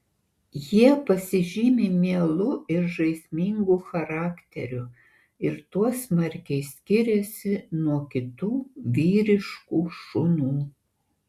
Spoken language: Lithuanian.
jie pasižymi mielu ir žaismingu charakteriu ir tuo smarkiai skiriasi nuo kitų vyriškų šunų